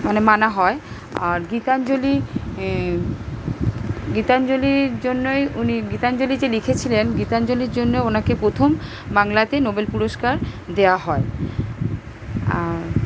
মানে মানা হয় আর গীতাঞ্জলি গীতাঞ্জলির জন্যই উনি গীতাঞ্জলি যে লিখেছিলেন গীতাঞ্জলির জন্য পনাকে প্রথম বাংলাতে নোবেল পুরস্কার দেওয়া হয় আর